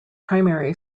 primary